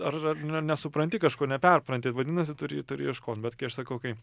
ar ar ne nesupranti kažko neperpranti vadinasi turi turi ieškot bet kai aš sakau kai